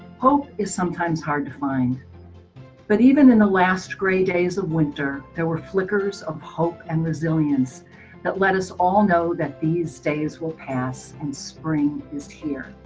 hope is sometimes hard to find but even in the last gray days of winter there were flickers of hope and resilience that let us all know that these days will pass and spring is here.